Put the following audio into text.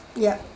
yup